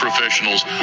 Professionals